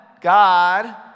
God